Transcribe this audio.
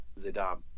Zidane